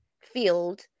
field